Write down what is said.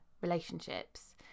relationships